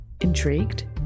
Intrigued